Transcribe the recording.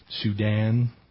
Sudan